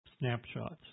Snapshots